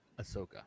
Ahsoka